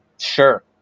Sure